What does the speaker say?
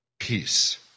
Peace